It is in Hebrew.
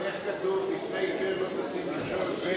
אבל איך כתוב: לפני עיוור לא תשים מכשול ו